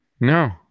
No